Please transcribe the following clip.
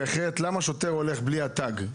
אחרת, למה שוטר הולך בלי התג?